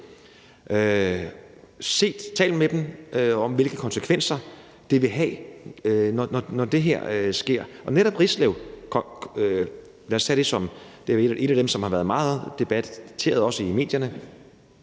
har talt med dem om, hvilke konsekvenser det vil have, når det her sker. Og netop Rislev er et af de eksempler, der også har været debatteret meget i medierne.